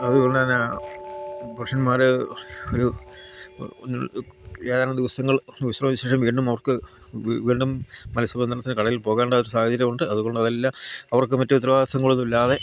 അതുകൊണ്ട് തന്നെ പുരുഷന്മാർ ഒരു ഏതാനും ദിവസങ്ങൾ വിശ്രമിച്ചതിനു ശേഷം വീണ്ടും അവർക്ക് വീണ്ടും മത്സബന്ധനത്തിന് കടലിൽ പോകേണ്ട ഒരു സാഹചര്യമുണ്ട് അതുകൊണ്ട് അതെല്ലാം അവർക്ക് മറ്റു ഉത്തരവാദിത്വങ്ങളൊന്നുമില്ലാതെ